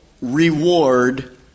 reward